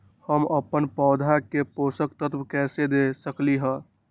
हम अपन पौधा के पोषक तत्व कैसे दे सकली ह?